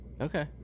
Okay